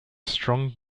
strong